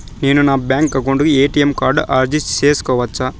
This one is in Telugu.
నేను నా బ్యాంకు అకౌంట్ కు ఎ.టి.ఎం కార్డు అర్జీ సేసుకోవచ్చా?